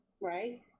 right